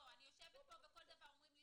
אני יושבת פה וכל דבר אומרים לי,